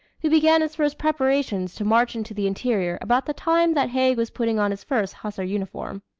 who began his first preparations to march into the interior about the time that haig was putting on his first hussar uniform.